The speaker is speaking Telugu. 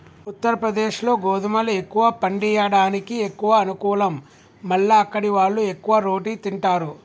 ఉత్తరప్రదేశ్లో గోధుమలు ఎక్కువ పండియడానికి ఎక్కువ అనుకూలం మల్ల అక్కడివాళ్లు ఎక్కువ రోటి తింటారు